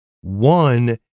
one